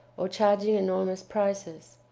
or charging enormous prices.